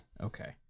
Okay